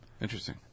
Interesting